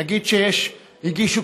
נגיד שהגישו,